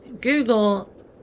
Google